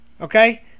Okay